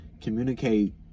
communicate